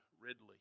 Ridley